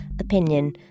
Opinion